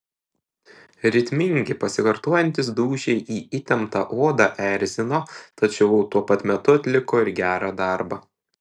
ritmingi pasikartojantys dūžiai į įtemptą odą erzino tačiau tuo pat metu atliko ir gerą darbą